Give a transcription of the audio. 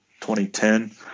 2010